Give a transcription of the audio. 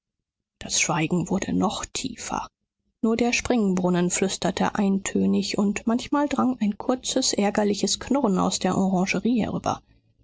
das schweigen wurde noch tiefer nur der springbrunnen flüsterte eintönig und manchmal drang ein kurzes ärgerliches knurren aus der orangerie herüber